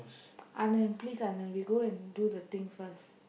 Anand please Anand we go and do the thing first